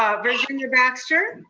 um virginia baxter.